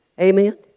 amen